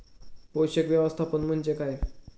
पोषक व्यवस्थापन म्हणजे काय?